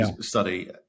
study